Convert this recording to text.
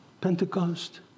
Pentecost